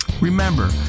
Remember